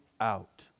out